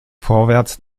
vorwärts